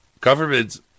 Government's